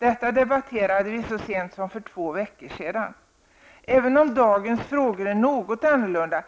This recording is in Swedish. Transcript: Den frågan debatterade vi här så sent som för två veckor sedan. Även om dagens frågor är något annorlunda,